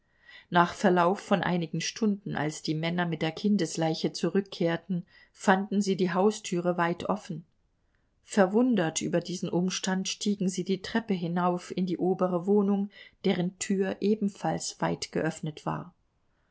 nach verlauf von einigen stunden als die männer mit der kindesleiche zurückkehrten fanden sie die haustüre weit offen verwundert über diesen umstand stiegen sie die treppe hinauf in die obere wohnung deren tür ebenfalls weit geöffnet war